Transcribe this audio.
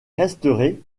resterai